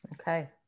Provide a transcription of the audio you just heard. okay